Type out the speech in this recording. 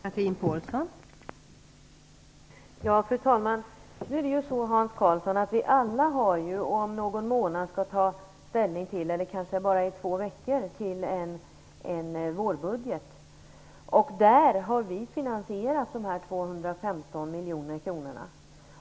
Fru talman! Om någon månad, eller kanske redan om två veckor, skall vi alla ta ställning till vårbudgeten. I det sammanhanget har vi finansierat de 215 miljoner kronorna.